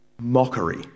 mockery